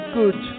good